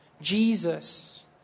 Jesus